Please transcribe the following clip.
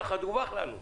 ככה דווח לנו.